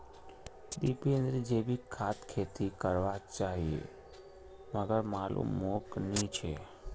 दीपेंद्र जैविक खाद खेती कर वा चहाचे मगर मालूम मोक नी छे